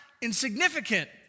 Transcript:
insignificant